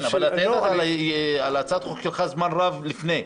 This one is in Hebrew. אבל אתה ידעת על הצעת החוק שלך זמן רב לפני,